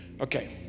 Okay